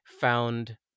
found